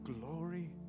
glory